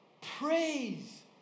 Praise